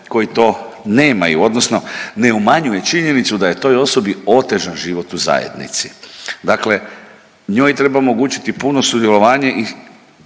koji to nemaju, odnosno ne umanjuje činjenicu da je toj osobi otežan život u zajednici. Dakle njoj treba omogućiti puno sudjelovanje i